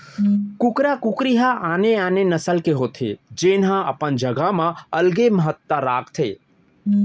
कुकरा कुकरी ह आने आने नसल के होथे जेन ह अपन जघा म अलगे महत्ता राखथे